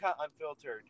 Unfiltered